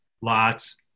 lots